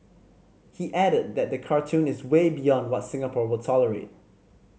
he added that the cartoon is way beyond what Singapore will tolerate